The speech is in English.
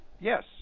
Yes